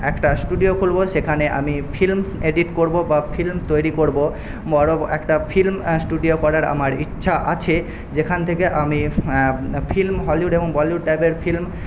একটা স্টুডিও খুলব সেখানে আমি ফিল্ম এডিট করব বা ফিল্ম তৈরি করব বড়ো একটা ফিল্ম স্টুডিও করার আমার ইচ্ছা আছে যেখান থেকে আমি ফিল্ম হলিউড এবং বলিউড টাইপের ফিল্ম